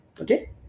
Okay